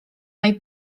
mai